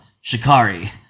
Shikari